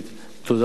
תודה רבה.